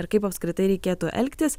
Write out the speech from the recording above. ir kaip apskritai reikėtų elgtis